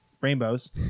rainbows